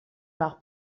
mar